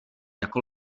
jako